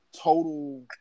total